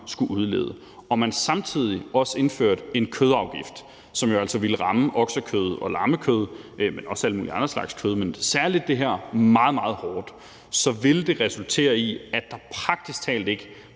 skulle udlede – og man samtidig også indførte en kødafgift, som jo altså ville ramme oksekød og lammekød, men også alle mulige andre slags kød, men særlig det her, meget, meget hårdt, så vil det resultere i, at der praktisk talt ikke